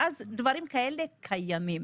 דברים כאלה קיימים.